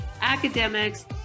academics